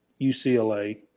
UCLA